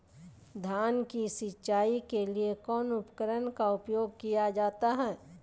धान की सिंचाई के लिए कौन उपकरण का उपयोग किया जाता है?